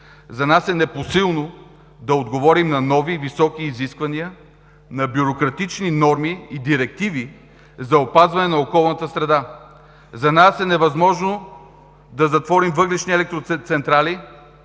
За нас е непосилно да отговорим на нови и високи изисквания на бюрократични норми и директиви за опазване на околната среда. За нас е невъзможно да затворим въглищни електроцентрали,